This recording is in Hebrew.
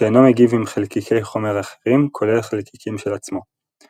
שאינו מגיב עם חלקיקי חומר אחרים - כולל חלקיקים של עצמו.